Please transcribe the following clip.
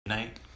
night